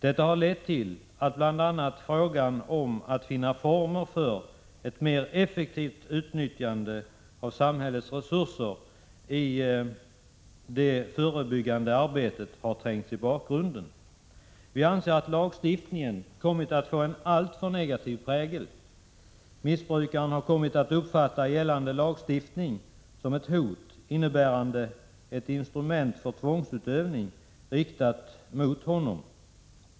Detta har lett till att bl.a. frågan om att finna former för ett mer effektivt utnyttjande av samhällets resurser i det förebyggande arbetet har trängts i bakgrunden. Vi anser att lagstiftningen kommit att få en alltför negativ prägel. Missbrukaren har kommit att uppfatta gällande lagstiftning som ett hot, innebärande ett instrument för tvångsutövning, riktat mot honom.